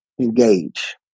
engage